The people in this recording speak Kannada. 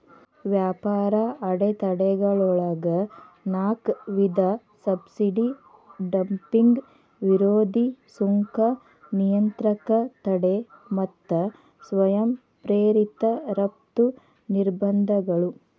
ವ್ಯಾಪಾರ ಅಡೆತಡೆಗಳೊಳಗ ನಾಕ್ ವಿಧ ಸಬ್ಸಿಡಿ ಡಂಪಿಂಗ್ ವಿರೋಧಿ ಸುಂಕ ನಿಯಂತ್ರಕ ತಡೆ ಮತ್ತ ಸ್ವಯಂ ಪ್ರೇರಿತ ರಫ್ತು ನಿರ್ಬಂಧಗಳು